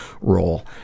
role